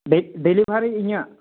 ᱰᱮ delivery ᱤᱧᱟᱹᱜ